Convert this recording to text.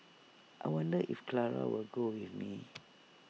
I wonder if Clara will go with me